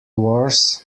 wars